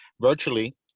virtually